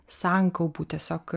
sankaupų tiesiog